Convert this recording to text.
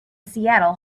seattle